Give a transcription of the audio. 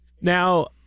Now